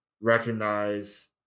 recognize